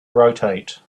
rotate